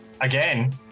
again